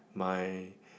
my